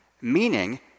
Meaning